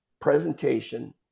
presentation